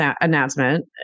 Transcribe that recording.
announcement